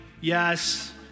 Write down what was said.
Yes